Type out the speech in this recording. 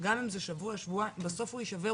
גם אם זה שבוע-שבועיים - בסוף הוא יישבר.